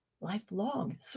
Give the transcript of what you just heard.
lifelong